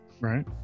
Right